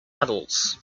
adults